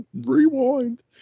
Rewind